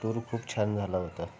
tour खूप छान झाला होता